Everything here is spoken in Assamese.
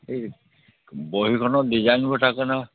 সেই বহীখনত ডিজাইনবোৰ থাকে নহয়